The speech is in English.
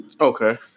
Okay